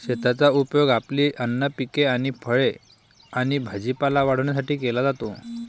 शेताचा उपयोग आपली अन्न पिके आणि फळे आणि भाजीपाला वाढवण्यासाठी केला जातो